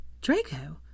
Draco